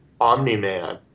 Omni-Man